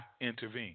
intervene